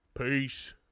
Peace